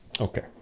Okay